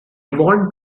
want